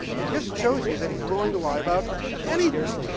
it just shows you that he's willing to lie about anything.